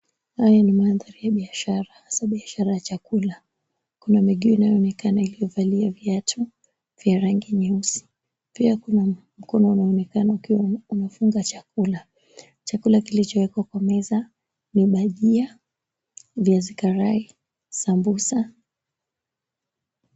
Haya ni mandhari ya biashara hasa biashara ya chakula, kuna miguu inayoonekana iliyovalia viatu vya rangi nyeusi. Pia kuna mkono unaonekana ukiwa unafunga chakula. Chakula kilichowekwa kwa meza ni bajia, viazi karai, sambusa.